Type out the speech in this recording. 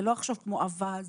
זה לא עכשיו כמו אווז